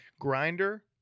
grinder